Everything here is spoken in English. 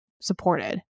supported